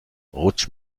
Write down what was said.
rutsch